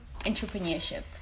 entrepreneurship